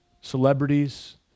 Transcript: celebrities